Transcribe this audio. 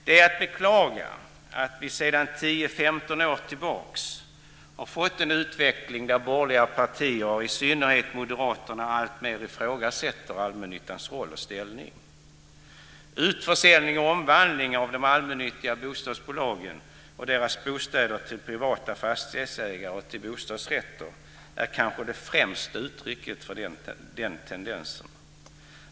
Det är att beklaga att vi sedan 10-15 år har haft en utveckling där borgerliga partier, i synnerhet Moderaterna, alltmer ifrågasätter allmännyttans roll och ställning. Utförsäljningen av de allmännyttiga bostadsbolagen till privata fastighetsägare och omvandlingen av deras bostäder till bostadsrätter är kanske det främsta uttrycket för den tendensen.